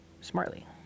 smartly